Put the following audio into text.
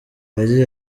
yagize